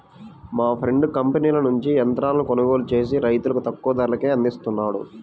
మా ఫ్రెండు కంపెనీల నుంచి యంత్రాలను కొనుగోలు చేసి రైతులకు తక్కువ ధరకే అందిస్తున్నాడు